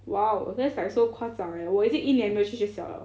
!wow! that's like so 夸张 eh 我已经一年没有去学校 liao eh